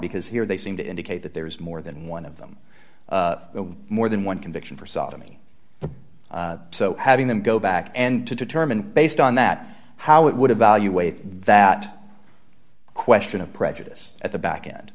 because here they seem to indicate that there is more than one of them more than one conviction for sodomy but having them go back and to determine based on that how it would evaluate that question a prejudice at the back a